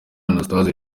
anastase